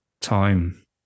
time